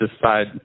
decide